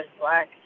Black